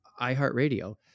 iHeartRadio